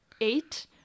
eight